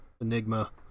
enigma